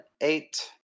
eight